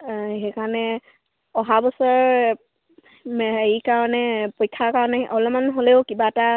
সেইকাৰণে অহা বছৰ হেৰিৰ কাৰণে পৰীক্ষাৰ কাৰণে অলপমান হ'লেও কিবা এটা